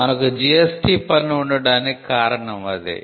మనకు GST పన్ను ఉండటానికి కారణం అదే